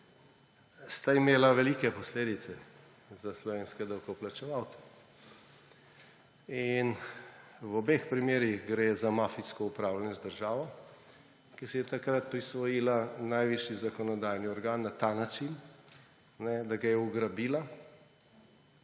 sta imela velike posledice za slovenske davkoplačevalce. In v obeh primerih gre za mafijsko upravljanje z državo, ki si je takrat prisvojila najvišji zakonodajni organ na ta način, da ga je ugrabila.